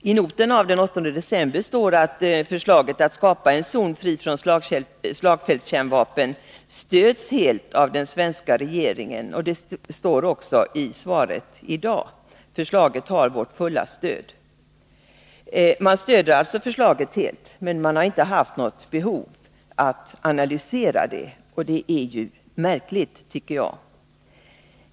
I noten av den 8 december står det att förslaget att skapa en zon fri från slagfältskärnvapen stöds helt av den svenska regeringen. Detta står även i svaret i dag. Man stöder alltså förslaget helt, men man har inte haft något behov av att analysera det, vilket jag tycker är märkligt.